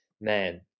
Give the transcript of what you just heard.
man